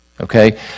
okay